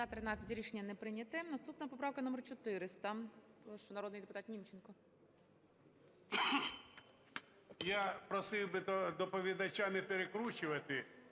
Я просив би доповідача не перекручувати.